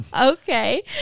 Okay